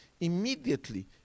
Immediately